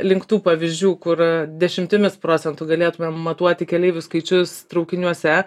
link tų pavyzdžių kur dešimtimis procentų galėtumėm matuoti keleivių skaičius traukiniuose